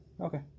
Okay